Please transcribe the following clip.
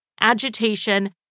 agitation